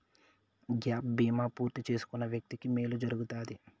gap బీమా పూర్తి చేసుకున్న వ్యక్తికి మేలు జరుగుతాది